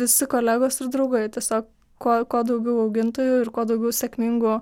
visi kolegos ir draugai tiesiog kuo kuo daugiau augintojų ir kuo daugiau sėkmingų